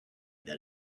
that